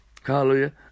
hallelujah